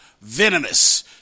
Venomous